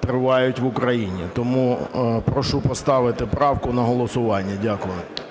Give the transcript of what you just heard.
тривають в Україні? Тому прошу поставити правку на голосування. Дякую. ГОЛОВУЮЧИЙ.